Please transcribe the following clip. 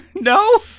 No